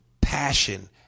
passion